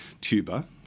tuba